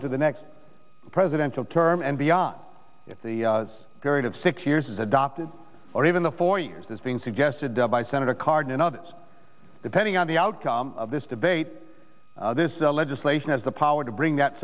into the next presidential term and beyond the period of six years adopted or even the four years it's been suggested by senator cardin and others depending on the outcome of this debate this legislation has the power to bring that